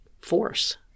force